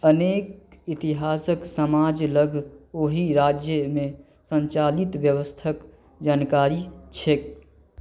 अनेक इतिहासक समाज लग ओहि राज्यमे सञ्चालित व्यवस्थाक जानकारी छैक